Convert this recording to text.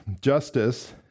Justice